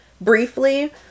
briefly